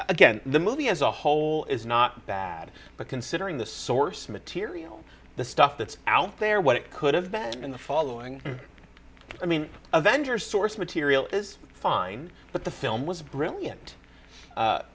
again the movie as a whole is not bad but considering the source material the stuff that's out there what it could have been the following i mean avengers source material is fine but the film was a brilliant